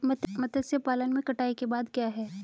मत्स्य पालन में कटाई के बाद क्या है?